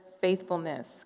faithfulness